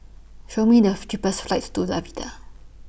Show Me The cheapest flights to Latvia